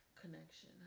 connection